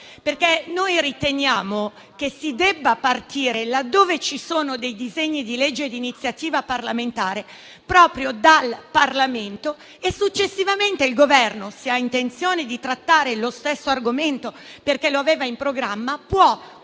Noi riteniamo che si debba partire, laddove ci sono dei disegni di legge di iniziativa parlamentare, proprio dal Parlamento e successivamente il Governo, se ha intenzione di trattare lo stesso argomento, avendolo in programma, può collaborare